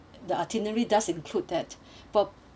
the itinerary does include that for